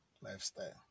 lifestyle